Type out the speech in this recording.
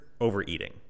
overeating